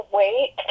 wait